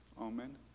Amen